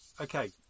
Okay